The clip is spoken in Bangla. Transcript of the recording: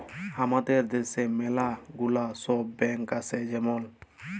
হামাদের দ্যাশে ম্যালা গুলা সব ব্যাঙ্ক আসে যেমল